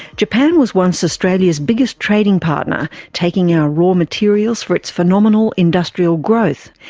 japan was once australia's biggest trading partner, taking our raw materials for its phenomenal industrial growth.